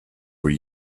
were